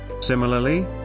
Similarly